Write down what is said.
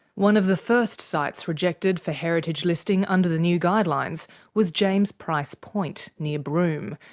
one of the first sites rejected for heritage listing under the new guideline so was james price point, near broome,